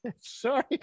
sorry